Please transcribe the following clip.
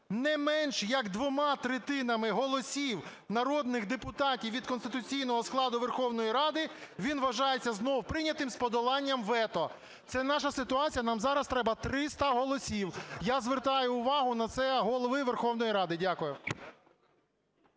не менше як двома третинами голосів народних депутатів від конституційного складу Верховної Ради, він вважається знов прийнятим з подоланням вето". Це наша ситуація, нам зараз треба 300 голосів. Я звертаю увагу на це Голови Верховної Ради. Дякую.